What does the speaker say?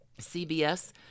CBS